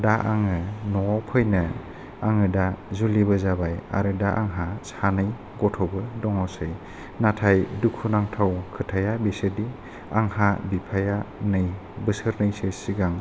दा आङो न'वाव फैनो आङो दा जुलिबो जाबाय आरो दा आंहा सानै गथ'बो दंसै नाथाय दुखु नांथाव खोथाया बेसोदि आंहा बिफाया नै बोसोरनैसो सिगां